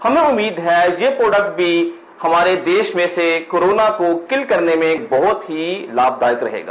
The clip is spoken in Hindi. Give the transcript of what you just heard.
हमें उम्मीद है यह प्रोडेक्ट भी हमारे देश में से कोरोना को किल करने में बहुत ही लाभदायक रहेगा